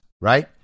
right